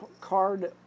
card